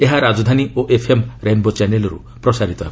ଏହା ରାଜଧାନୀ ଓ ଏଫ୍ଏମ୍ ରେନ୍ବୋ ଚ୍ୟାନେଲ୍ରୁ ପ୍ରସାରିତ ହେବ